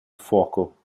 fuoco